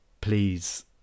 please